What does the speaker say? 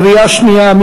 קריאה שנייה.